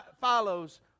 follows